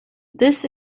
this